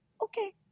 okay